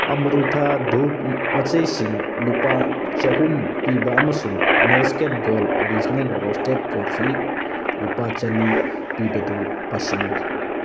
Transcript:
ꯑꯝꯔꯨꯊꯥ ꯙꯨꯞ ꯃꯆꯩꯁꯤꯡ ꯂꯨꯄꯥ ꯆꯍꯨꯝ ꯄꯤꯕ ꯑꯃꯁꯨꯡ Nescafe Gold original roasted coffee ꯂꯨꯄꯥ ꯆꯅꯤ ꯄꯤꯕꯗꯨ ꯄꯥꯁꯤꯜꯂꯨ